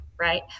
Right